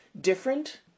different